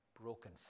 Broken